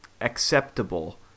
acceptable